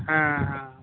ହଁ ହଁ